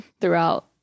throughout